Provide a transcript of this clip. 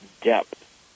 depth